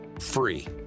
free